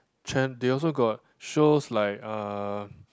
they also got shows like uh